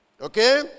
Okay